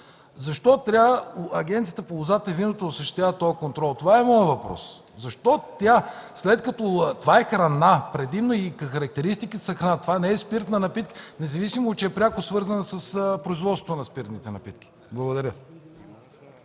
Защо трябва Агенцията по лозата и виното да осъществяват този контрол? Това е моят въпрос. Защо тя, след като това е предимно храна? Характеристиките са на храна. Това не е спиртна напитка, независимо че е пряко свързана с производството на спиртните напитки. Благодаря.